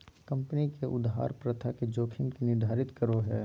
company के उधार प्रथा के जोखिम के निर्धारित करो हइ